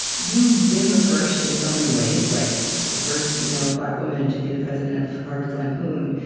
you've been the first, in so many ways like the first you know black woman to be the president of harvard's lampoon,